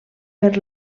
per